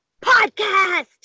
podcast